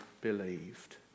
believed